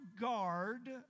guard